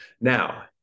now